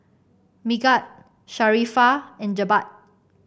Megat Sharifah and Jebat